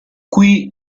qui